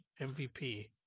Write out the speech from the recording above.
mvp